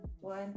One